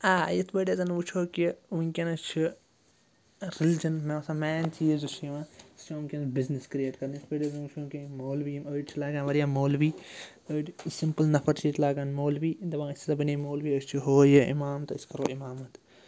آ یِتھ پٲٹھۍ أسۍ زَن وٕچھو کہِ وٕنۍکٮ۪نَس چھِ ریٚلجَن مےٚ باسان مین چیٖز یُس چھُ یِوان سُہ چھُ یِوان وٕنۍکٮ۪نَس بِزنِس کِرٛییٹ کَرنہٕ یِتھ پٲٹھۍ أسۍ زَن وٕچھو کہِ مولوی یِم أڑۍ چھِ لاگان واریاہ مولوی أڑۍ سِمپٕل نَفر چھِ ییٚتہِ لاگان مولوی دَپان أسۍ ہسا بَنے مولوی أسۍ چھِ ہُہ یہِ اِمام تہٕ أسۍ کَرو اِمامَتھ